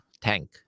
tank